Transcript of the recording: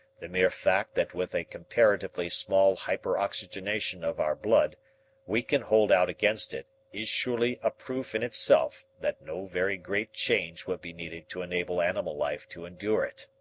the mere fact that with a comparatively small hyperoxygenation of our blood we can hold out against it is surely a proof in itself that no very great change would be needed to enable animal life to endure it.